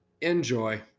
Enjoy